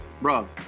Bro